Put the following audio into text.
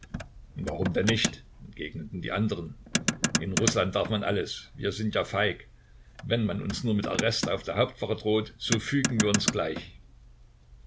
warum denn nicht entgegneten die andern in rußland darf man alles wir sind ja feig wenn man uns nur mit arrest auf der hauptwache droht so fügen wir uns gleich